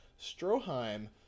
Stroheim